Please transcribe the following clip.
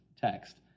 text